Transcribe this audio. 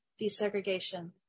desegregation